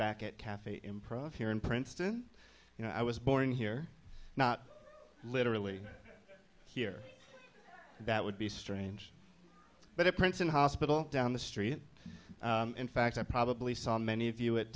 back at cafe improv here in princeton you know i was born here not literally here that would be strange but at princeton hospital down the street in fact i probably saw many of you at